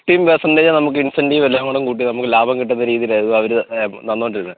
fifteen പേർസെൻറ്റേജാ നമുക്ക് ഇൻസെന്റീവും എല്ലാം കൂടേംക്കൂട്ടി നമുക്ക് ലാഭം കിട്ടുന്ന രീതിയിലായിരുന്നു അവർ തന്നോണ്ടിരുന്നത്